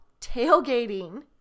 tailgating